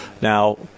Now